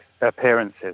appearances